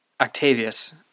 octavius